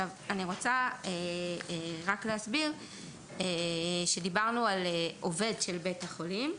אני רוצה להסביר שדיברנו על עובד של בית החולים,